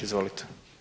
Izvolite.